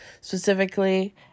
specifically